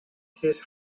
his